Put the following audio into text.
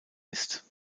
ist